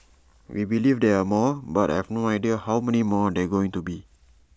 we believe there are more but I have no idea how many more there are going to be